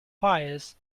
pious